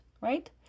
right